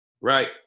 Right